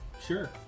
Sure